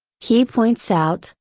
he points out,